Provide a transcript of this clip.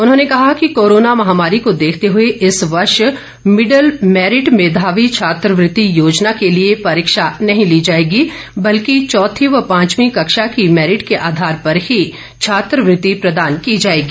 उन्होंने कहा कि कोरोना महामारी को देखते हुए इस वर्ष मिडल मैरिट मेधावी छात्रवृति योजना के लिए इस वर्ष परीक्षा नहीं ली जाएगी बल्कि चौथी व पांचवीं कक्षा की मैरिट के आधार पर ही छात्रवृति प्रदान की जाएगी